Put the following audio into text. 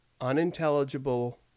unintelligible